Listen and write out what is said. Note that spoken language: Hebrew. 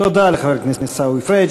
תודה לחבר הכנסת עיסאווי פריג'.